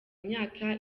imyaka